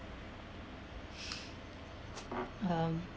um